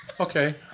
Okay